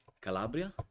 Calabria